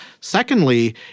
Secondly